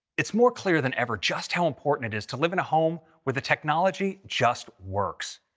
it's more clear than ever just how important it is to live in a home where the technology just works.